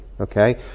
Okay